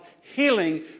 healing